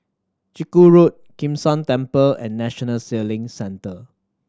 Chiku Road Kim San Temple and National Sailing Centre